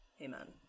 Amen